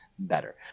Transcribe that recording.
better